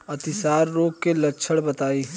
अतिसार रोग के लक्षण बताई?